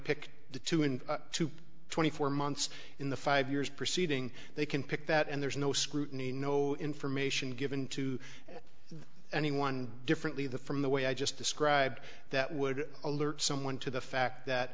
pick the two in twenty four months in the five years proceeding they can pick that and there's no scrutiny no information given to anyone differently the from the way i just described that would alert someone to the fact that